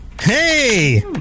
Hey